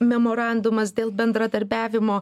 memorandumas dėl bendradarbiavimo